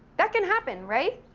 that can happen, right?